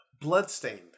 Bloodstained